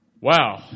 Wow